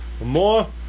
more